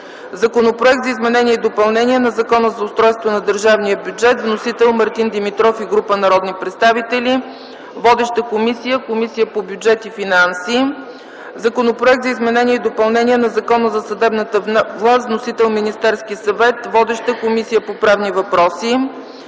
Законопроект за изменение и допълнение на Закона за устройството на държавния бюджет. Вносители са Мартин Димитров и група народни представители. Водеща е Комисията по бюджет и финанси. Законопроект за изменение и допълнение на Закона за съдебната власт. Вносител е Министерският съвет. Водеща е Комисията по правни въпроси.